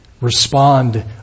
Respond